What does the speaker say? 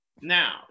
now